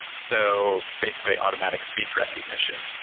so basically automatic speech recognition.